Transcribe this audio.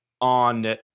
on